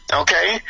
okay